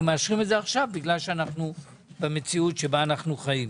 אנחנו מאשרים את זה עכשיו בגלל המציאות שבה אנחנו חיים.